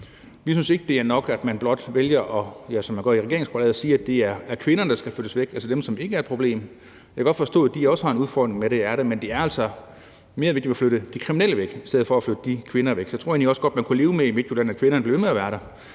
som man gør i regeringsgrundlaget, at sige, at det er kvinderne, der skal flyttes væk, altså dem, som ikke er et problem. Jeg kan godt forstå, at de også har en udfordring med det, men det er altså mere vigtigt at flytte de kriminelle væk, i stedet for at flytte de kvinder væk. Så jeg tror egentlig også godt, man i Midtjylland kunne leve med, at kvinderne blev ved med at være der,